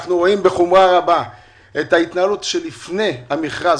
אנחנו רואים בחומרה רבה את ההתנהלות של משרד הביטחון עוד לפני המכרז.